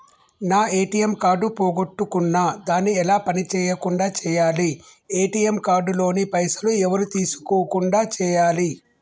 నా ATM card పోగొట్టుకున్నా దాన్ని ఎలా పని చేయకుండా చేయాలి ఏ.టి.ఎమ్ కార్డు లోని పైసలు ఎవరు తీసుకోకుండా చేయాలి?